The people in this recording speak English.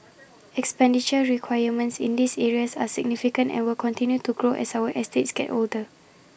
expenditure requirements in these areas are significant and will continue to grow as our estates get older